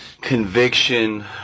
conviction